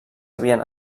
havien